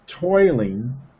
toiling